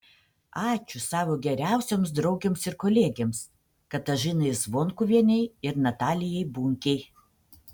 ačiū savo geriausioms draugėms ir kolegėms katažinai zvonkuvienei ir natalijai bunkei